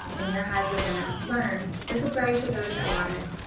and your hives are going to learn, this is where i should go to get water,